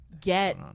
get